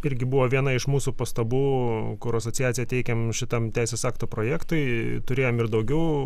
irgi buvo viena iš mūsų pastabų kur asociacija teikia šitam teisės akto projektui turėjom ir daugiau